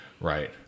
Right